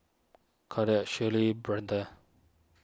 Kordell Braeden